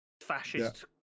fascist